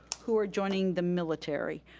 who are joining the military.